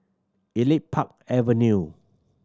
Elite Park Avenue